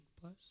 plus